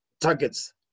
targets